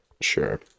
Sure